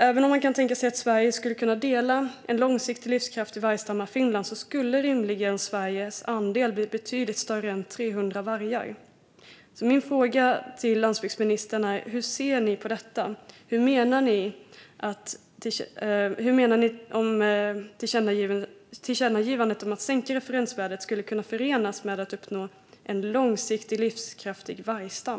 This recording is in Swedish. Även om man kan tänka sig att Sverige skulle kunna dela en långsiktigt livskraftig vargstam med Finland skulle rimligen Sveriges andel bli betydligt större än 300 vargar. Min fråga till landsbygdsministern är därför: Hur ser ni på detta? Hur menar ni att tillkännagivandet om att sänka referensvärdet skulle kunna förenas med att uppnå en långsiktigt livskraftig vargstam?